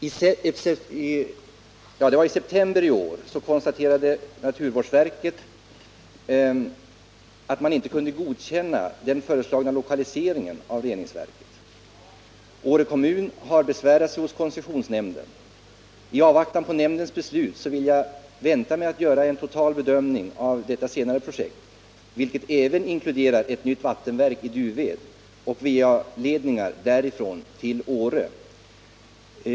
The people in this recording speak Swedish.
I september i år konstaterade naturvårdsverket att man inte kunde godkänna den föreslagna lokaliseringen av reningsverket. Åre kommun har besvärat sig hos koncessionsnämnden. I avvaktan på nämndens beslut vill jag vänta med att göra en total bedömning av detta senare projekt, vilket även inkluderar ett nytt vattenverk i Duved och vattenoch avloppsledningar därifrån till Åre.